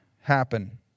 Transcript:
happen